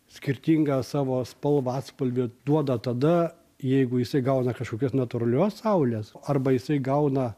skirtingą savo spalvą atspalvį duoda tada jeigu jisai gauna kažkokios natūralios saulės arba jisai gauna